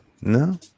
No